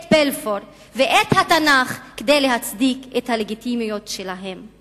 את בלפור ואת התנ"ך כדי להצדיק את הלגיטימיות שלהם.